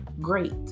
great